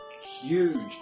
huge